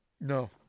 No